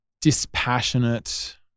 dispassionate